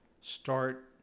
start